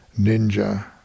ninja